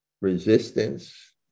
resistance